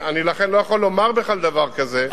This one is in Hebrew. אני לכן לא יכול לומר בכלל דבר כזה,